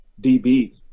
DB